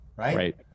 Right